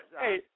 Hey